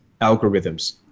algorithms